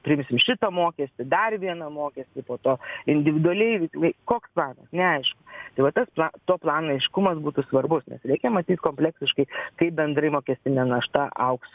priimsim šitą mokestį dar vieną mokestį po to individualiai vei koks planas neaišku tai va tas pla to plano aiškumas būtų svarbus nes reikia matyt kompleksiškai kaip bendrai mokestinė našta augs